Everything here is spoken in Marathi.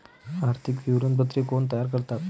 आर्थिक विवरणपत्रे कोण तयार करतात?